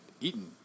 eaten